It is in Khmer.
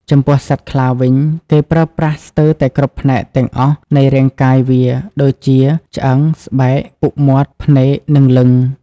ចំពោះសត្វខ្លាវិញ គេប្រើប្រាស់ស្ទើរតែគ្រប់ផ្នែកទាំងអស់នៃរាងកាយវា ដូចជា ឆ្អឹង ស្បែក ពុកមាត់ ភ្នែក និង លិង្គ ។